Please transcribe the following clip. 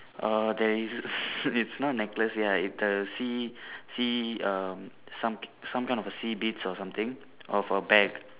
err there is its not necklace ya its a sea sea um some some kind of a sea beads or something of a bag